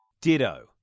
Ditto